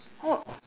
what